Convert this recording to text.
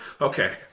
Okay